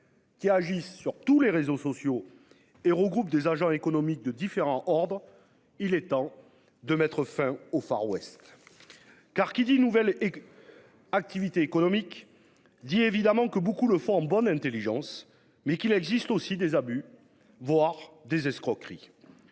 Qui agissent sur tous les réseaux sociaux et regroupe des agents économiques de différents ordres. Il est temps de mettre fin au Far-West. Car qui dit nouvelle. Activité économique dit évidemment que beaucoup le font en bonne intelligence mais qu'il existe aussi des abus voire des escroqueries.